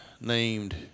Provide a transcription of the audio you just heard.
named